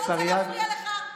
לא רוצה להפריע לך,